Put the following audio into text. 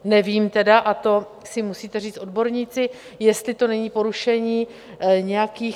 Nevím tedy, a to si musíte říct odborníci, jestli to není porušení nějakých...